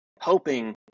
hoping